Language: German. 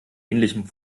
ähnlichem